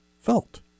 felt